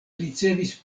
ricevis